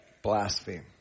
Blaspheme